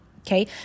okay